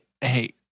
hey